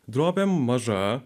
drobę maža